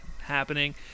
happening